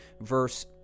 verse